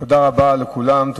תודה רבה לכולם.